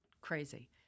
crazy